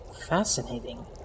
Fascinating